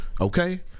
okay